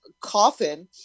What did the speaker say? Coffin